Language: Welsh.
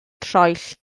troell